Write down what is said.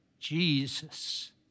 Jesus